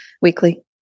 weekly